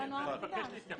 אני מבקש להתייחס.